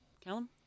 Callum